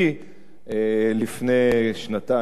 לפני שנתיים, דומני.